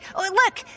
Look